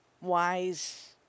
Wise